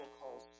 calls